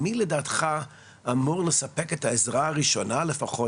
מי לדעתך אמור לספק את העזרה הראשונה לפחות,